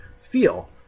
feel